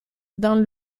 dans